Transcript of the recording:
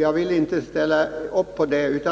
Jag vill inte ställa upp på det.